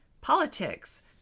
politics